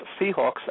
Seahawks